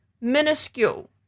minuscule